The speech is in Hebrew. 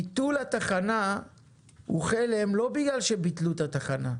ביטול התחנה הוא חלם לא בגלל שביטלו את התחנה,